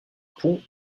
pont